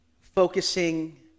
focusing